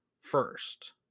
first